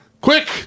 quick